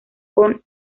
con